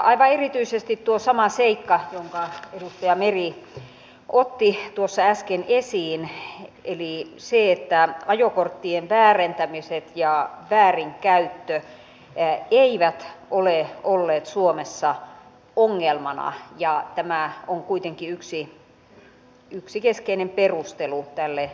aivan erityisesti totean tuon saman seikan jonka edustaja meri otti tuossa äsken esiin eli sen että ajokorttien väärentämiset ja väärinkäyttö eivät ole olleet suomessa ongelmana ja tämä on kuitenkin yksi keskeinen perustelu tälle uudistukselle